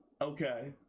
Okay